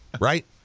right